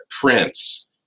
prince